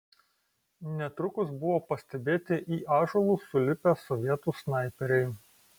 netrukus buvo pastebėti į ąžuolus sulipę sovietų snaiperiai